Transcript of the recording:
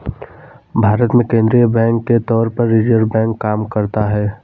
भारत में केंद्रीय बैंक के तौर पर रिज़र्व बैंक काम करता है